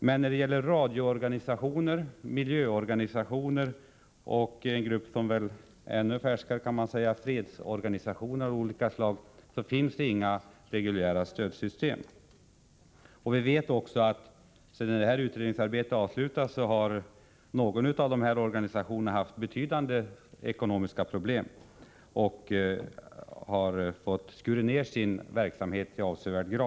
Men när det gäller radioorganisationer, miljöorganisationer och en grupp som är ännu färskare, nämligen fredsorganisationer av olika slag, finns det inget reguljärt stödsystem. Vi vet också att sedan detta utredningsarbete avslutats har någon av dessa organisationer haft betydande ekonomiska problem och fått skära ner Nr 59 sin verksamhet i avsevärd grad.